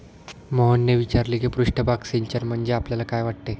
मोहनने विचारले की पृष्ठभाग सिंचन म्हणजे आपल्याला काय वाटते?